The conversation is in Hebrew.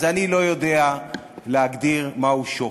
אני לא יודע להגיד מהו שוחד.